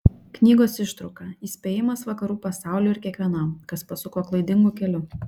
knygos ištrauka įspėjimas vakarų pasauliui ir kiekvienam kas pasuko klaidingu keliu